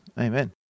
Amen